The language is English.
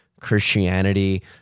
christianity